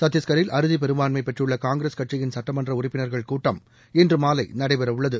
சத்தீஸ்கரில் அறுதிபெரும்பான்மை பெற்றுள்ள காங்கிரஸ் கட்சியின் சட்டமன்ற உறுப்பினர்கள் கூட்டம் இன்று மாலை நடைபெறவுள்ளது